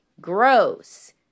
gross